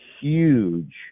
huge